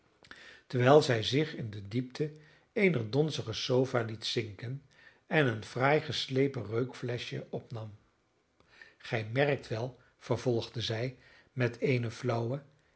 terwijl zij zich in de diepte eener donzige sofa liet zinken en een fraai geslepen reukfleschje opnam gij merkt wel vervolgde zij met eene flauwe